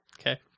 Okay